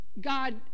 God